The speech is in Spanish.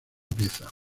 pieza